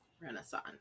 Renaissance